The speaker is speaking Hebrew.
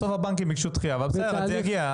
בסוף הבנקים ביקשו דחייה אבל בסדר, זה יגיע.